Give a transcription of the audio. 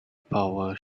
power